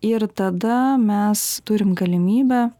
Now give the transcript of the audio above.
ir tada mes turim galimybę